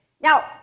Now